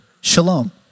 Shalom